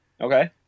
Okay